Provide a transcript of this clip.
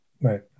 right